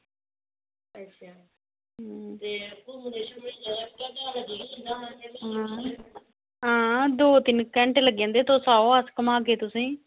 ते हां दो तिन घंटे लग्गी जंदे तुस आओ अस घुमागे तुसेंगी